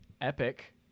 Epic